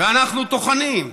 ואנחנו טוחנים,